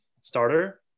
starter